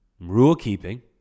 rule-keeping